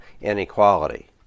inequality